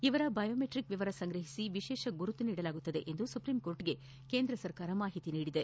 ಇವರ ಬಯೋಮೆಟ್ಟಿಕ್ ವಿವರ ಸಂಗ್ರಹಿಸಿ ವಿಶೇಷ ಗುರುತು ನೀಡಲಾಗುವುದು ಎಂದು ಸುಪ್ರೀಂ ಕೋರ್ಟ್ಗೆ ಕೇಂದ್ರ ಸರ್ಕಾರ ತಿಳಿಸಿದೆ